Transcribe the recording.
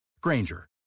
Granger